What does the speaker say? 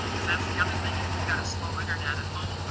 cause that's the other thing, if you've got a slow internet at home. oh,